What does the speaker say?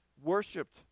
Worshipped